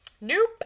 nope